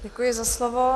Děkuji za slovo.